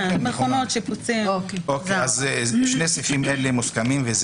אז שני הסעיפים האלה מוסכמים.